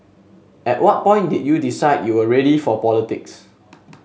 at what point did you decide you were ready for politics